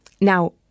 Now